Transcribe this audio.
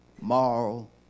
moral